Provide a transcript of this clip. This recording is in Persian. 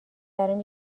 برام